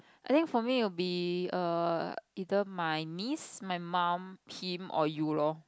I think for me will be err either my niece my mum Pim or you loh